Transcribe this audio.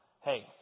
Hey